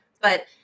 but-